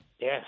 Yes